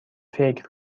فکر